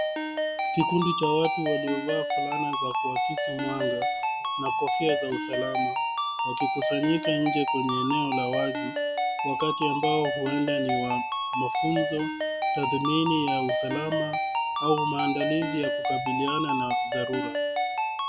Kikundi cha watu waliovaa fulana za kuakisi mwanga na kofia za usalama. Wakikusanyika nje kwenye eneo la wazi wakati ambao huenda ni wa mafunzo tathmini ya usalama au maandalizi ya kukabiliana na dharura.